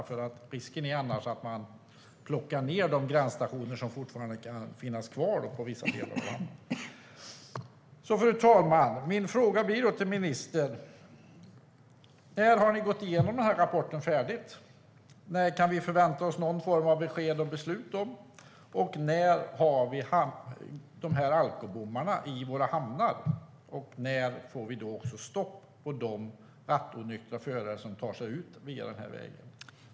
Annars är risken att de plockar ned de gränsstationer som fortfarande kan finnas kvar i vissa delar av landet. Fru talman! Mina frågor till ministern blir: När har ni gått igenom rapporten färdigt? När kan vi förvänta oss någon form av besked och beslut? När har vi alkobommar i våra hamnar? När får vi stopp på de rattonyktra förare som tar sig ut den vägen?